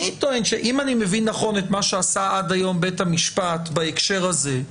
אני טוען שאם אני מבין נכון את מה שעשה עד היום בית המשפט בהקשר הזה,